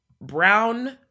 brown